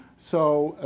so,